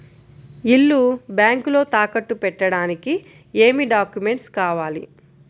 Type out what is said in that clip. ఇల్లు బ్యాంకులో తాకట్టు పెట్టడానికి ఏమి డాక్యూమెంట్స్ కావాలి?